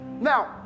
Now